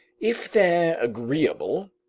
if they're agreeable.